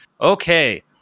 Okay